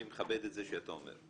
אני מכבד את זה שאתה אומר.